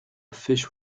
phish